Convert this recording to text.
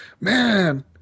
Man